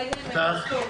שלום